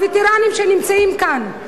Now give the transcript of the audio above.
הווטרנים שנמצאים כאן,